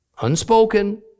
unspoken